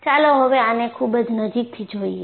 ચાલો હવે આને ખૂબ જ નજીકથી જોઈએ